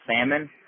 salmon